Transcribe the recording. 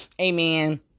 Amen